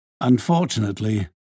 Unfortunately